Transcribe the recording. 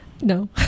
No